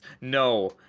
no